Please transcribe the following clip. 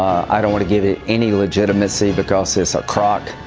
i don't want to give it any legitimacy because it's a crock